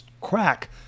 crack